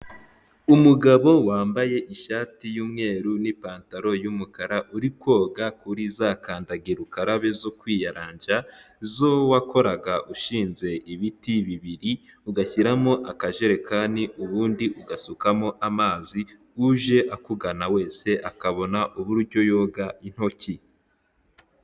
Umugabo wambaye ishati y'umweru n'ipantaro y'umukara, uri koga kuri za kandagirukarabe zo kwiyaranja, izo wakoraga ushinze ibiti bibiri, ugashyiramo akajerekani, ubundi ugasukamo amazi, uje akugana wese akabona uburyo yoga intoki.